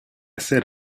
said